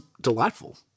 delightful